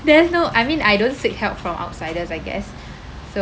there's no I mean I don't seek help from outsiders I guess so